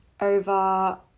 over